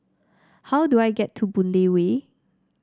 how do I get to Boon Lay Way